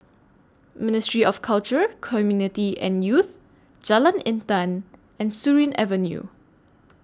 Ministry of Culture Community and Youth Jalan Intan and Surin Avenue